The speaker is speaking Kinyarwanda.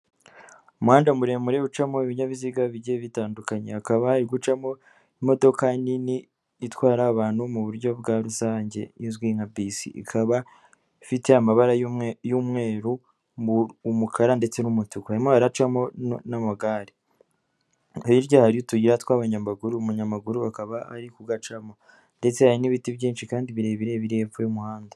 Umuhanda muremure ucamo ibinyabiziga bijye bitandukanye hakaba hari gucamo imodoka nini itwara abantu mu buryo bwa rusange izwi nka bisi ikaba ifite amabara y'umweru, umukara ndetse n'umutukuma baracamo n'amagare niryari utuyi t twa'abanyamaguru umunyamaguru akaba ari kugacamo ndetse hari n'ibiti byinshi kandi birebire birire hepfo y'umuhanda.